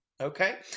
Okay